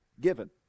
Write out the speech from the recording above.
given